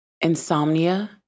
insomnia